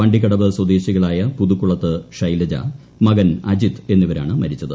വണ്ടിക്കടവ് സ്വദേശികളായ പുതുക്കുളത്ത് ഷൈലജ മകൻ അജിത്ത് എന്നിവരാണ് മരിച്ചത്